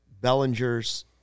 Bellinger's